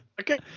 Okay